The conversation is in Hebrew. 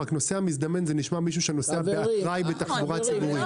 נוסע מזדמן נשמע מישהו שנוסע באקראי בתחבורה הציבורית.